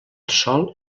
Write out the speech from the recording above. sòl